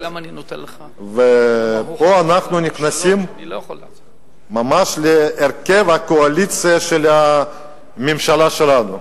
ופה אנחנו נכנסים ממש להרכב הקואליציה של הממשלה שלנו.